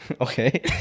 Okay